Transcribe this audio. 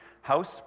House